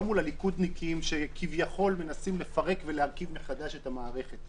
לא מול הליכודניקים שכיבול מנסים לפרק ולהרכיב מחדש את המערכת.